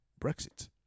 Brexit